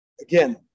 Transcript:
Again